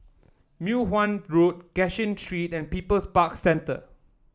Mei Hwan Road Cashin Street and People's Park Centre